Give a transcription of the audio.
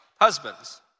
husbands